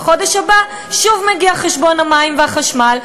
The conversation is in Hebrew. בחודש הבא שוב מגיעים חשבונות המים והחשמל,